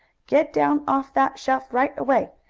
get down off that shelf right away!